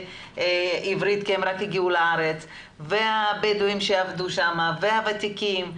בעברית כי הם רק הגיעו לארץ ובדואים שעבדו שם וותיקים,